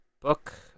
book